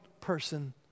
person